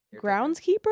groundskeeper